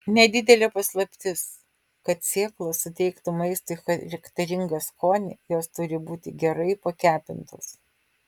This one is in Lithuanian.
nedidelė paslaptis kad sėklos suteiktų maistui charakteringą skonį jos turi būti gerai pakepintos